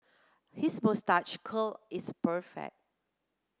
his moustache curl is